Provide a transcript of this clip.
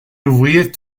ouvrier